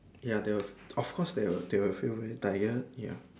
ya they will of course they will they will feel very tired ya